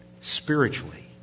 Spiritually